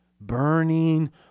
Burning